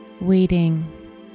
Waiting